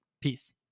Peace